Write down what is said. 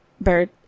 Bird